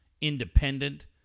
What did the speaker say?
independent